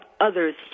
others